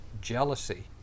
jealousy